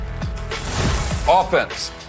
Offense